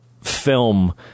film